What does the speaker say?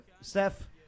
Steph